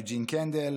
יוג'ין קנדל,